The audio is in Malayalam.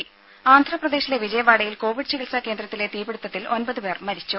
ത ആന്ധ്രപ്രദേശിലെ വിജയവാഡയിൽ കോവിഡ് ചികിത്സാ കേന്ദ്രത്തിലെ തീപിടുത്തത്തിൽ ഒമ്പത് പേർ മരിച്ചു